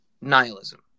nihilism